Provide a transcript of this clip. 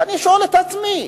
אני שואל את עצמי: